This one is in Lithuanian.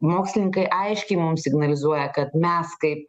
mokslininkai aiškiai mums signalizuoja kad mes kaip